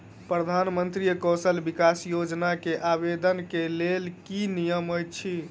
प्रधानमंत्री कौशल विकास योजना केँ आवेदन केँ लेल की नियम अछि?